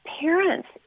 parents